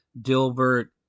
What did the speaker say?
Dilbert